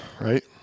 right